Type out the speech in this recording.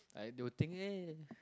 I don't think eh